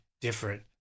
different